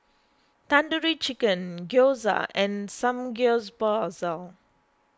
Tandoori Chicken Gyoza and Samgyeopsal